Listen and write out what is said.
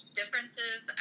differences